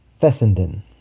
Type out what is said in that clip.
Fessenden